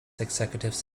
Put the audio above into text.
executives